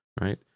right